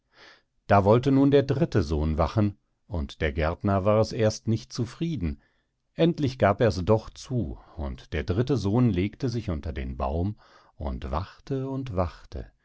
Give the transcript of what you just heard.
da wollte nun der dritte sohn wachen und der gärtner war es erst nicht zufrieden endlich gab ers doch zu und der dritte sohn legte sich unter den baum und wachte und wachte